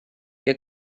què